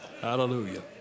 Hallelujah